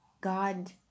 God